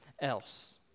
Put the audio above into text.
else